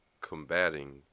combating